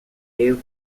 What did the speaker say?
dave